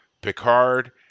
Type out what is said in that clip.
Picard